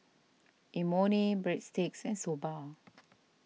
Imoni Breadsticks and Soba